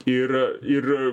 ir ir